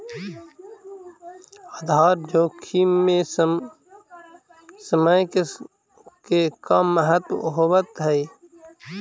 आधार जोखिम में समय के का महत्व होवऽ हई?